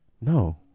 No